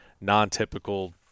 non-typical